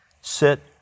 sit